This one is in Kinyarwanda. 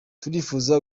turifuza